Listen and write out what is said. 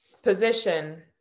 position